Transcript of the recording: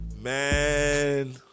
Man